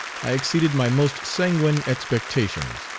i exceeded my most sanguine expectations,